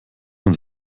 man